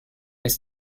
ist